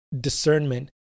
discernment